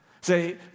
Say